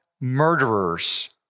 murderers